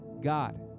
God